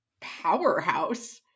powerhouse